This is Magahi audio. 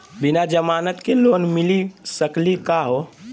बिना जमानत के लोन मिली सकली का हो?